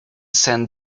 sent